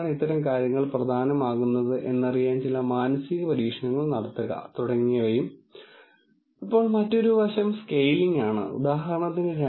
ഇപ്പോൾ നിങ്ങൾ യഥാർത്ഥത്തിൽ ചില അനുമാനങ്ങൾ ഉപയോഗിക്കുകയും അനുമാനങ്ങൾ ലംഘിക്കപ്പെട്ടുവെന്നും ആ അനുമാനങ്ങൾ ഈ പ്രോബ്ളത്തിന് സാധുതയുള്ള ഒന്നായിരിക്കാൻ സാധ്യതയില്ലെന്നും മുൻ ആവർത്തനം പ്രതീക്ഷിക്കുന്നു